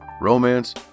romance